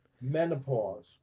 menopause